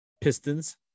Pistons